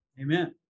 Amen